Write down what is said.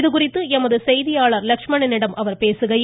இது குறித்து எமது செய்தியாளர் லெட்சுமணனிடம் அவர் பேசுகையில்